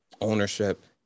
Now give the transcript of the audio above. ownership